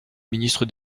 ministre